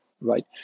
right